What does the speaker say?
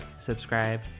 subscribe